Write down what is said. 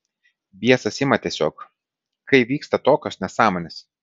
biesas ima tiesiog kai vyksta tokios nesąmonės